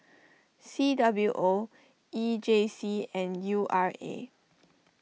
C W O E J C and U R A